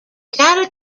data